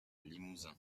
limousin